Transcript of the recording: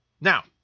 Now